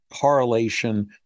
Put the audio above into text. correlation